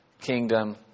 kingdom